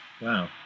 Wow